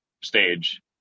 stage